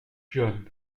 john